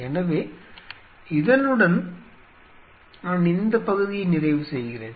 எனவே இதனுடன் நான் இந்த பகுதியை நிறைவு செய்கிறேன்